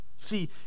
See